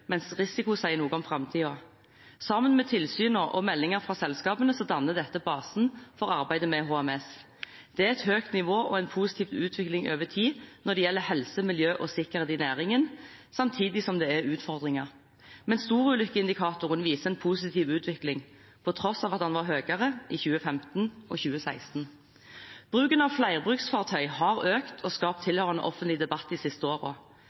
mens risiko sier noe om framtiden. Sammen med tilsynene og meldinger fra selskapene danner dette basen for arbeidet med HMS. Det er et høyt nivå og en positiv utvikling over tid når det gjelder helse, miljø og sikkerhet i næringen, samtidig som det er utfordringer. Men storulykkeindikatoren viser en positiv utvikling på tross av at den var høyere i 2015 og 2016. Bruken av flerbruksfartøy har økt og skapt tilhørende offentlig debatt de siste